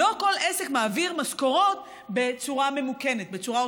לא כל עסק מעביר משכורות בצורה מממוכנת,